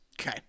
Okay